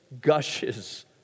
gushes